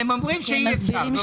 הם אומרים שאי אפשר.